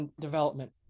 development